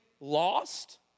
lost